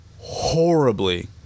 horribly